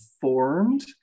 formed